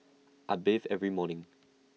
I bathe every morning